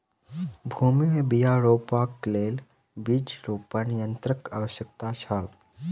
भूमि में बीया रोपअ के लेल बीज रोपण यन्त्रक आवश्यकता छल